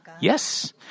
Yes